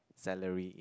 salary